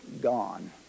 gone